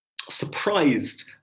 surprised